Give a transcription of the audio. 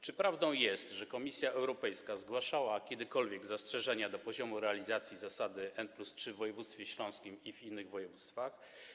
Czy prawdą jest, że Komisja Europejska zgłaszała kiedykolwiek zastrzeżenia do poziomu realizacji zasady n+3 w województwie śląskim i w innych województwach?